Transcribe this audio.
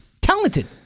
talented